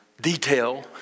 detail